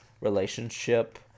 relationship